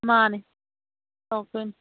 ꯃꯥꯅꯦ ꯇꯧꯔꯛꯇꯣꯏꯅꯦ